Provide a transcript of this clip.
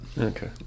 Okay